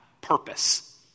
purpose